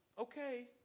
okay